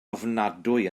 ofnadwy